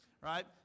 right